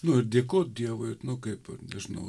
nu ir dėkot dievui nu kaip nežinau